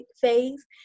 phase